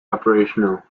operational